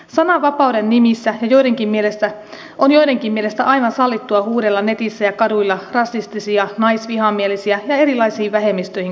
sananvapauden nimissä on joidenkin mielestä aivan sallittua huudella netissä ja kaduilla rasistisia naisvihamielisiä ja erilaisiin vähemmistöihin kohdistuvia viestejä